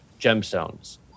gemstones